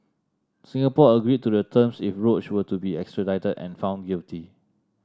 Singapore agreed to the terms if Roach were to be extradited and found guilty